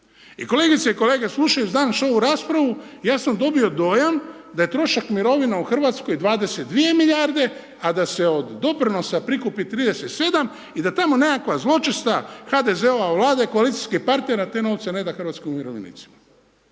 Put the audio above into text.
I kolegice i kolege slušajući danas ovu raspravu ja sam dobio dojam da je trošak mirovina u Hrvatskoj 22 milijarde, a da se od doprinosa prikupi 37 i da tamo nekakva zločesta HDZ-ova Vlada i koalicijskih partnera te novce ne da hrvatskim umirovljenicima.